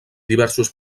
diversos